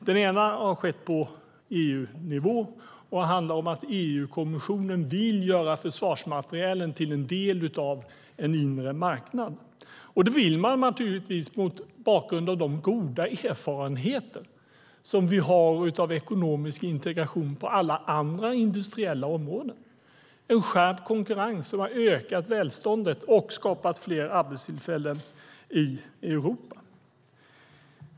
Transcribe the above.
Den ena har skett på EU-nivå och handlar om att EU-kommissionen vill göra försvarsmaterielen till en del av en inre marknad. Det vill man naturligtvis mot bakgrund av de goda erfarenheter vi har av ekonomisk integration på alla andra industriella områden. En skärpt konkurrens har ökat välståndet och skapat fler arbetstillfällen i Europa.